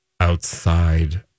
outside